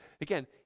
Again